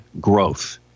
growth